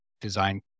design